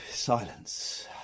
Silence